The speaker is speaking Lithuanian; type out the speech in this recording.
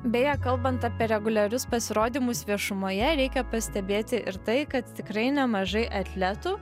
beje kalbant apie reguliarius pasirodymus viešumoje reikia pastebėti ir tai kad tikrai nemažai atletų